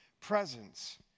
Presence